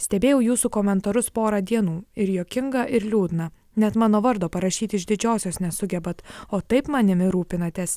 stebėjau jūsų komentarus porą dienų ir juokinga ir liūdna net mano vardo parašyti iš didžiosios nesugebat o taip manimi rūpinatės